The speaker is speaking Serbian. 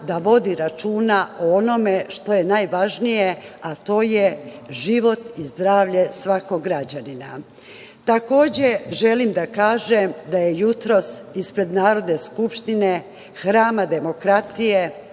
da vodi računa o onome što je najvažnije, a to je život i zdravlje svakog građanina. Takođe, želim da kažem da se jutros ispred Narodne skupštine, hrama demokratije,